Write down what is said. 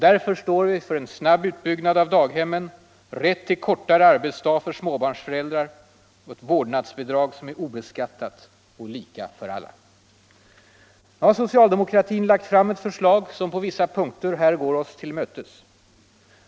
Därför står vi för en snabb utbyggnad av daghemmen, rätt till kortare arbetsdag för småbarnsföräldrar och ett vårdnadsbidrag som är obeskattat och lika för alla. Nu har socialdemokratin lagt fram ett förslag i familjepolitiken som på vissa punkter går oss till mötes.